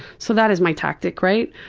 so that is my tactic, right?